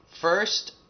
first